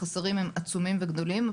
החסרים הם עצומים וגדולים,